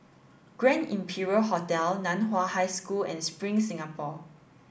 Grand Imperial Hotel Nan Hua High School and Spring Singapore